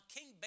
King